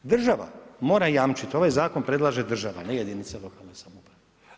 Država mora jamčiti, ovaj zakon predlaže država ne jedinice lokalne samouprave.